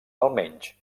almenys